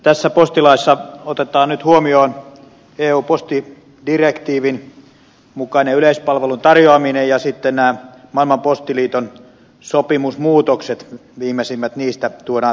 tässä postilaissa otetaan nyt huomioon eun postidirektiivin mukainen yleispalvelun tarjoaminen ja sitten nämä maailman postiliiton sopimusmuutokset viimeisimmät niistä tuodaan tähän postilakiin